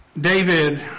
David